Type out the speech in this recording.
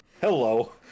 Hello